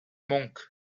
monk